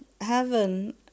Heaven